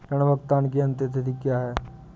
ऋण भुगतान की अंतिम तिथि क्या है?